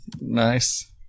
Nice